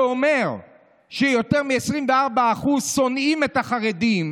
שאומר שיותר מ-24% מהחילונים שונאים את החרדים,